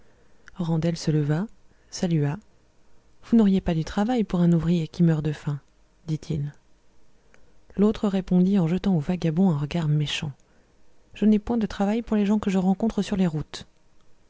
randel se leva salua vous n'auriez pas du travail pour un ouvrier qui meurt de faim dit-il l'autre répondit en jetant au vagabond un regard méchant je n'ai point de travail pour les gens que je rencontre sur les routes